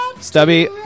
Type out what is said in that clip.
Stubby